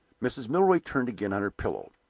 mrs. milroy turned again on her pillow,